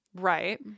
Right